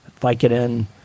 Vicodin